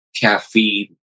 caffeine